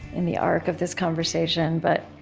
in the arc of this conversation, but